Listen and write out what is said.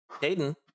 Hayden